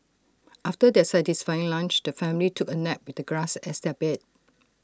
after their satisfying lunch the family took A nap with the grass as their bed